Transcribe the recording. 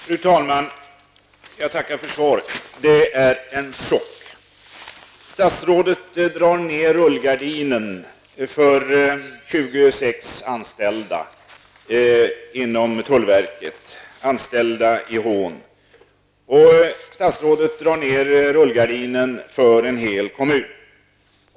Fru talman! Jag tackar för svaret. Det är en chock. Statsrådet drar ned rullgardinen för 26 anställda inom tullverket i Hån. Statsrådet drar ned rullgardinen för en hel kommun.